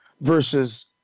versus